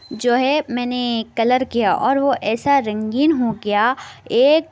جو ہے میں نے کلر کیا اور وہ ایسا رنگین ہو گیا ایک